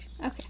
Okay